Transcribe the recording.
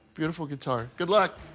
beautiful guitar. good luck.